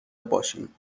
باشیم